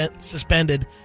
suspended